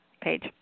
page